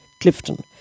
Clifton